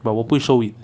but 我不会 show it